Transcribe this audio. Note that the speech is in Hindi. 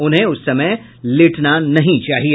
उन्हें उस समय लेटना नहीं चाहिए